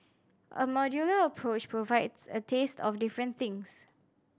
a modular approach provides a taste of different things